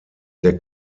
der